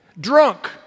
Drunk